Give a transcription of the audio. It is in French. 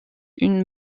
une